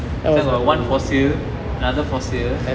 so I got one fossil another fossil